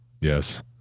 Yes